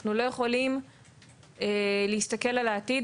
אנחנו לא יכולים להסתכל על העתיד,